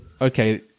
okay